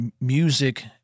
music